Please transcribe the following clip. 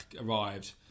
arrived